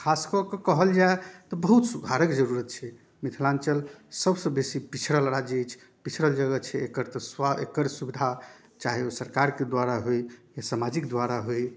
खास कऽ के कहल जाइ तऽ बहुत सुधारक जरूरत छै मिथिलाञ्चल सबसँ बेसी पिछड़ल राज्य अछि पिछड़ल जगह छै एकर तऽ स्व एकर सुविधा चाही ओ सरकारके द्वारा होइ या समाजिक द्वारा होइ